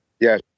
yes